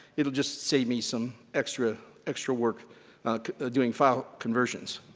it'll just save me some extra, extra work doing file conversions.